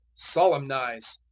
solemnize.